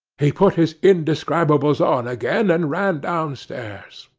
he put his indescribables on again, and ran down-stairs.